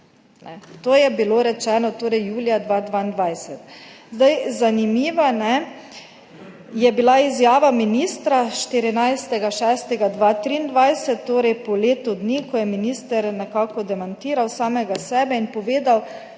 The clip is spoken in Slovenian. To je bilo rečeno julija 2022. Zanimiva je bila izjava ministra 14. 6. 2023, torej po letu dni, ko je minister nekako demantiral samega sebe in povedal,